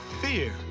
fear